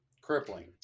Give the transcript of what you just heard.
Crippling